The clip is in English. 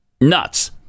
nuts